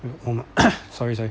hmm sorry sorry